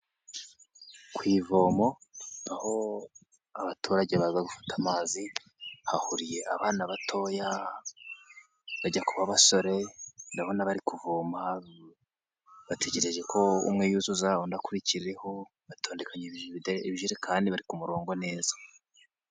Ku ivomo aho abaturage baza gufata amazi hahuriye abana batoya bajya kuba basore, ndabona bari kuvoma bategereje ko umwe yuzuza undi akurikireho, batondekanya ibijerekani bari ku murongo neza.